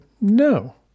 No